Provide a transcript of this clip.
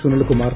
Sunilkumar